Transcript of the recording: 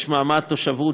יש מעמד תושבות,